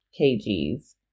kgs